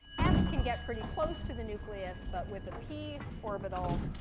s can get pretty close to the nucleus. but with a p orbital,